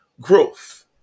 growth